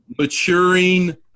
maturing